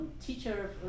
teacher